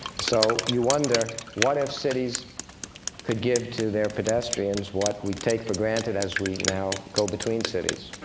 so you wonder, what if cities could give to their pedestrians what we take for granted as we now go between cities?